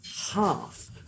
half